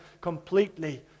completely